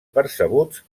percebuts